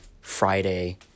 Friday